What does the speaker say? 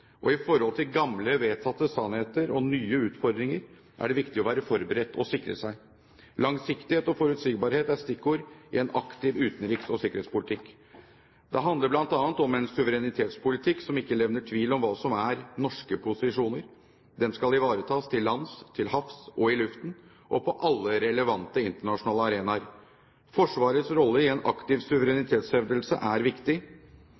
I forhold til gamle, vedtatte sannheter og nye utfordringer er det viktig å være forberedt og sikre seg. Langsiktighet og forutsigbarhet er stikkord i en aktiv utenriks- og sikkerhetspolitikk. Det handler bl.a. om en suverenitetspolitikk som ikke levner tvil om hva som er norske posisjoner. Den skal ivaretas til lands, til havs og i luften og på alle relevante internasjonale arenaer. Forsvarets rolle i en aktiv suverenitetshevdelse er viktig.